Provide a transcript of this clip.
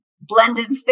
blended